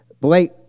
Blake